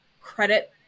credit